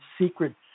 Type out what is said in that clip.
Secret